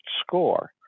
Score